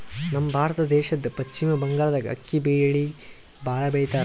ನಮ್ ಭಾರತ ದೇಶದ್ದ್ ಪಶ್ಚಿಮ್ ಬಂಗಾಳ್ದಾಗ್ ಅಕ್ಕಿ ಬೆಳಿ ಭಾಳ್ ಬೆಳಿತಾರ್